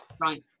Right